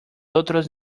otros